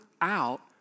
out